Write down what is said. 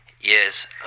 yes